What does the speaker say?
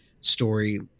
story